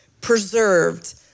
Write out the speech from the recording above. preserved